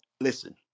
listen